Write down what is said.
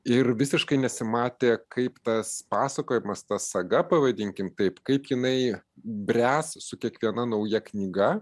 ir visiškai nesimatė kaip tas pasakojimas ta saga pavadinkim taip kaip jinai bręs su kiekviena nauja knyga